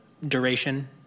duration